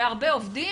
הרבה עובדים,